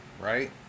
right